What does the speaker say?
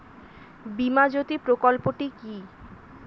বীমা জ্যোতি প্রকল্পটি কি?